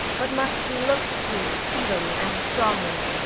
but must be look'd to speedily and strongly.